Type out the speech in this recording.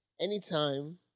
anytime